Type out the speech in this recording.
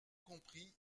compris